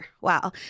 Wow